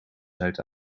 zuid